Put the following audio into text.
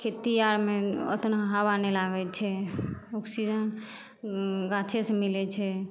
खेती आरमे ओतना हवा नहि लागै छै ऑक्सीजन ओ गाछे से मिलै छै